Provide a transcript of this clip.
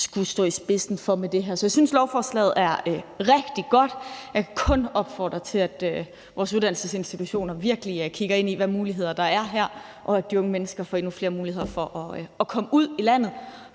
skulle stå i spidsen for med det her. Jeg synes, lovforslaget er rigtig godt. Jeg kan kun opfordre til, at vores uddannelsesinstitutioner virkelig kigger ind i, hvilke muligheder der er her, for at de unge mennesker får endnu flere muligheder for at komme ud af landet